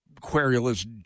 querulous